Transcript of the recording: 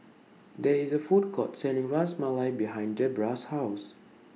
There IS A Food Court Selling Ras Malai behind Debrah's House